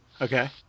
Okay